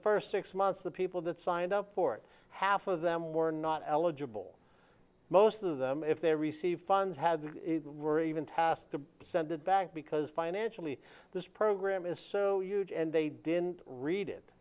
first six months the people that signed up for it half of them were not eligible most of them if they receive funds had were even tasked to send it back because financially this program is so huge and they didn't read it